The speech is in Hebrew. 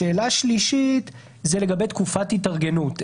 שאלה שלישית היא לגבי תקופת התארגנות.